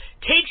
takes